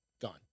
gone